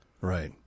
Right